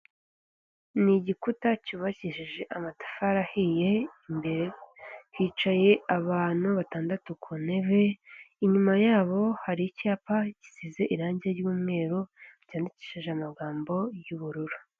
Ni igikuta cyubakishije amatafari ahiye, imbere hicaye abantu batandatu ku ntebe, inyuma yabo hari icyapa gisize irangi ry'umweru cyandikishije amagambo y'ubururu.